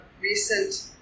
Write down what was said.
recent